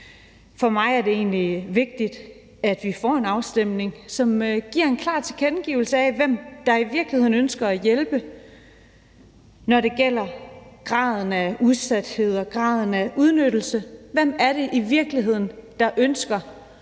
For mig er det egentlig vigtigt, at vi får en afstemning, som giver en klar tilkendegivelse af, hvem der i virkeligheden ønsker at hjælpe, når det gælder graden af udsathed og graden af udnyttelse. Hvem er det i virkeligheden, der med dette